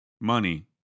money